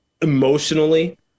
emotionally